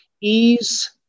ease